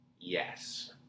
Yes